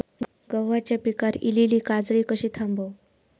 गव्हाच्या पिकार इलीली काजळी कशी थांबव?